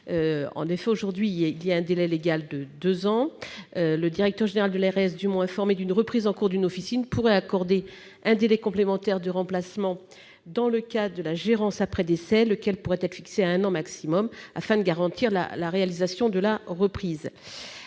Aujourd'hui, le délai légal est fixé à deux ans. Le directeur général de l'ARS, dûment informé d'une reprise en cours d'une officine pourrait accorder un délai complémentaire de remplacement dans le cadre de la gérance après décès, lequel pourrait être fixé à un an maximum, afin de garantir la réalisation de la reprise.